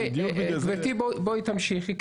גברתי, תמשיכי.